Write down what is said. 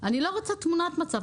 אני לא רוצה תמונת מצב,